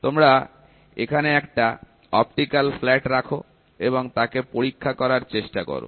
তোমরা এখানে একটা অপটিকাল ফ্ল্যাট রাখ এবং তাকে পরীক্ষা করার চেষ্টা করো